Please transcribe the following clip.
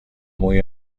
موی